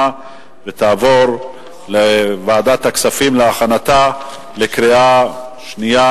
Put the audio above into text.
ותעבור לוועדת הכספים להכנתה לקריאה שנייה